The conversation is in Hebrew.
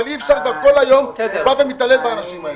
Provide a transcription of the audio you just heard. אי אפשר כבר, כל היום הוא מתעלל באנשים.